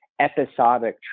episodic